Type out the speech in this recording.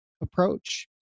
approach